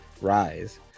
Rise